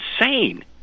insane